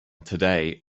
today